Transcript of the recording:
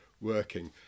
working